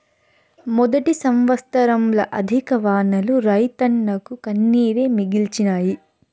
మొదటి సంవత్సరంల అధిక వానలు రైతన్నకు కన్నీరే మిగిల్చినాయి